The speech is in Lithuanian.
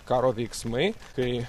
karo veiksmai kai